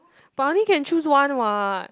but I only can choose one [what]